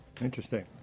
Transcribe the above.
interesting